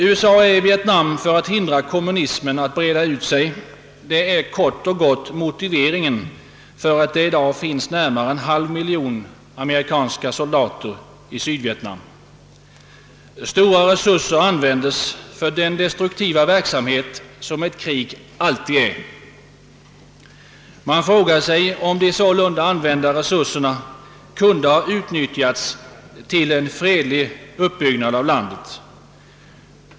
USA är i Vietnam för att hindra kommunismen att breda ut sig. Detta är kort och gott motiveringen för att det i dag finns närmare en halv miljon amerikanska soldater i Sydvietnam. Stora resurser används för den destruktiva verksamhet som ett krig alltid utgör. Kanhända kunde de ha utnyttjats till en fredlig uppbyggnad av landet.